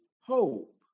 hope